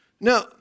Now